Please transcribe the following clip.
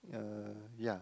uh ya